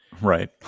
right